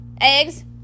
Eggs